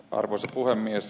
arvoisa puhemies